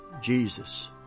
Jesus